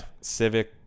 civic